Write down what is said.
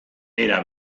era